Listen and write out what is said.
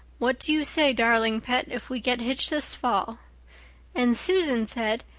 what do you say, darling pet, if we get hitched this fall and susan said,